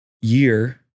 year